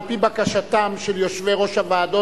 על-פי בקשתם של יושבי-ראש הוועדות,